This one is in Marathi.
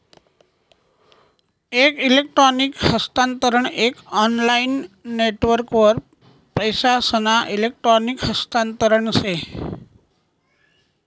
एक इलेक्ट्रॉनिक हस्तांतरण एक ऑनलाईन नेटवर्कवर पैसासना इलेक्ट्रॉनिक हस्तांतरण से